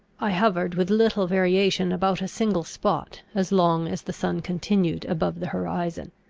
i hovered with little variation about a single spot, as long as the sun continued above the horizon.